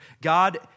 God